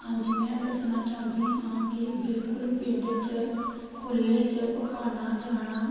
ਹਾਂਜੀ ਮੈਂ ਦੱਸਣਾ ਚਾਹੁੰਦੀ ਹਾਂ ਕਿ ਬਿਲਕੁਲ ਪਿੰਡ 'ਚ ਖੁੱਲ੍ਹੇ 'ਚ ਪਖਾਨਾ ਜਾਣਾ